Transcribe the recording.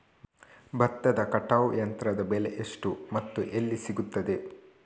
ಭತ್ತದ ಕಟಾವು ಯಂತ್ರದ ಬೆಲೆ ಎಷ್ಟು ಮತ್ತು ಎಲ್ಲಿ ಸಿಗುತ್ತದೆ?